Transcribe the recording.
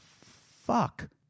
fuck